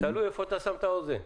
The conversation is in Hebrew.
תלוי איפה אתה שם את האוזן.